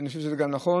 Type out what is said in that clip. ואני חושב שזה גם נכון,